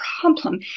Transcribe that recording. problem